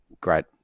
great